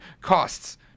costs